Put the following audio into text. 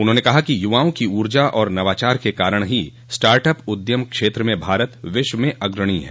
उन्होंने कहा कि युवाओं की ऊर्जा और नवाचार के कारण ही स्टार्ट अप उद्यम क्षेत्र में भारत विश्व में अग्रणी है